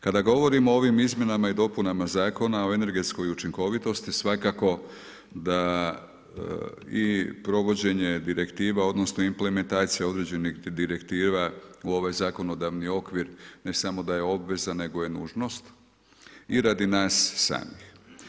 Kada govorimo o ovim izmjenama i dopunama zakona o energetskoj učinkovitosti, svakako, da i provođenje direktiva, odnosno, implementacija određenih direktiva u ovaj zakonodavni okvir, ne samo da je obveza nego je nužnost i radi nas samih.